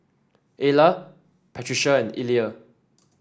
Ayla Patricia and Illya